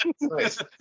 Nice